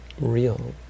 real